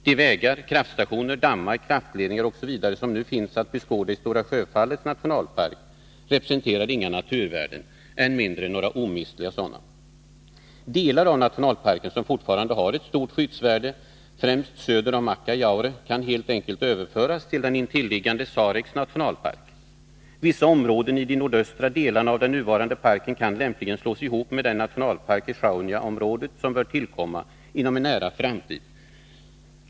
De vägar, kraftstationer, dammar, krafledningar osv. som nu finns att beskåda i Stora Sjöfallets nationalpark representerar inga naturvärden, än mindre några omistliga sådana. Delar av nationalparken som fortfarande har ett stort skyddsvärde, främst söder om Akkajaure, kan helt enkelt överföras till den intilliggande Sareks nationalpark. Vissa områden i de nordöstra delarna av den nuvarande parken kan lämpligen slås ihop med den nationalpark i Sjaunjaområdet som bör tillkomma inom en nära framtid.